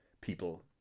People